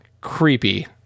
creepy